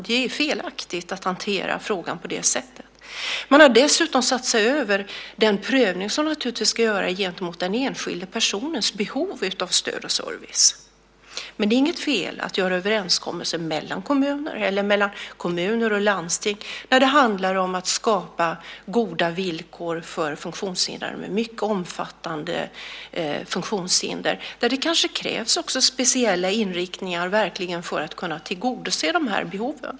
Det är alltså fel att hantera frågan på det sättet. Man har dessutom satt sig över den prövning som naturligtvis ska göras av den enskildes behov av stöd och service. Det är emellertid inte fel att träffa överenskommelser mellan kommuner eller mellan kommuner och landsting när det handlar om att skapa goda villkor för funktionshindrade med mycket omfattande funktionshinder och när det kanske dessutom krävs speciella inriktningar för att verkligen kunna tillgodose behoven.